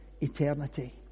eternity